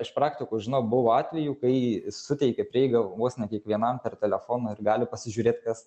iš praktikos žinau buvo atvejų kai suteikė prieigą vos ne kiekvienam per telefoną ir gali pasižiūrėt kas